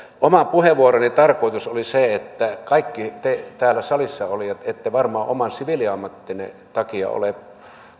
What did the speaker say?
oman puheenvuoroni tarkoitus oli se että kaikki te täällä salissa ette varmaan oman siviiliammattinne takia ole